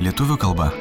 lietuvių kalba